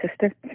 sister